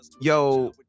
yo